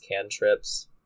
cantrips